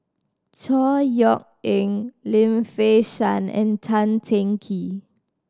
Chor Yeok Eng Lim Fei Shen and Tan Teng Kee